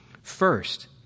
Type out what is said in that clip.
First